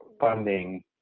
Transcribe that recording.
funding